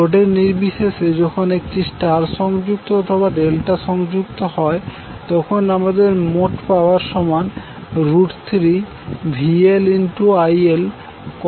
লোডের নির্বিশেষে যখন এটি স্টার সংযুক্ত অথবা ডেল্টা সংযুক্ত হয় তখন আমাদের মোট পাওয়ার সমান3VLILcos হবে